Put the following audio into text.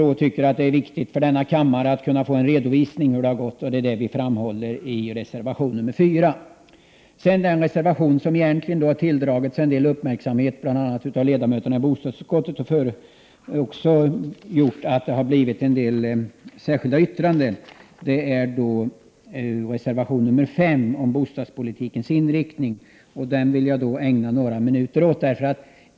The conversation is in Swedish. Vi tycker också att det är viktigt för denna kammare att få en redovisning av hur det har gått. Detta framhåller vi i reservation 4. En reservation som tilldragit sig en del uppmärksamhet bland ledamöterna ibostadsutskottet och föranlett en del särskilda yttranden är reservation 5 om bostadspolitikens inriktning. Den vill jag ägna några minuter åt.